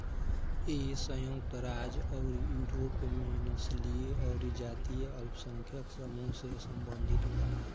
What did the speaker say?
इ संयुक्त राज्य अउरी यूरोप में नस्लीय अउरी जातीय अल्पसंख्यक समूह से सम्बंधित बा